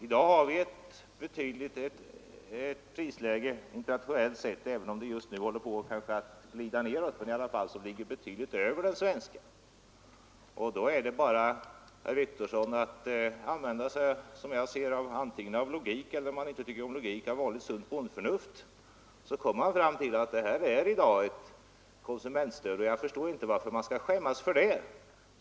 I dag ligger de internationella priserna — även om de kanske just nu håller på att glida nedåt — betydligt över de svenska. Då är det bara, herr Wictorsson, att använda sig av logik, eller, om man inte tycker om logik, av vanligt sunt bondförnuft, så kommer man fram till att det här är i dag ett konsumentstöd. Och jag förstår inte varför man skall skämmas för det.